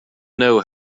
know